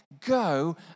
go